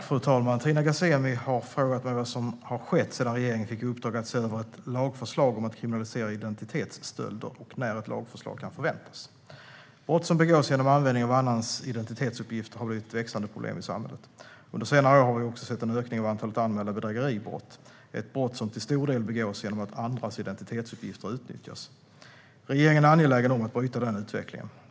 Fru talman! Tina Ghasemi har frågat mig vad som har skett sedan regeringen fick i uppdrag att se över ett lagförslag om att kriminalisera identitetsstölder och när ett lagförslag kan förväntas. Brott som begås genom användning av annans identitetsuppgifter har blivit ett växande problem i samhället. Under senare år har vi också sett en ökning av antalet anmälda bedrägeribrott, ett brott som till stor del begås genom att andras identitetsuppgifter utnyttjas. Regeringen är angelägen om att bryta den utvecklingen.